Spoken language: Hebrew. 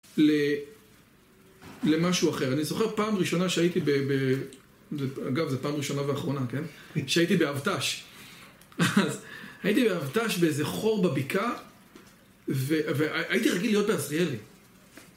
למשהו אחר. אני זוכר פעם ראשונה שהייתי ב...ב... אגב זאת פעם ראשונה ואחרונה כן? שהייתי באבטש. אז הייתי באבטש באיזה חור בבקעה והייתי רגיל להיות בעזריאלי.